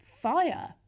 fire